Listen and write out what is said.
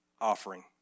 offering